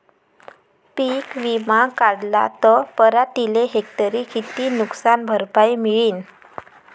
पीक विमा काढला त पराटीले हेक्टरी किती नुकसान भरपाई मिळीनं?